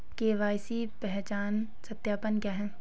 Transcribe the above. KYC पहचान सत्यापन क्या है?